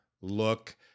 look